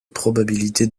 probabilité